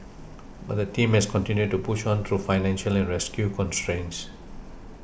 but the team has continued to push on through financial and rescue constraints